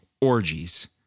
orgies